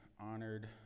honored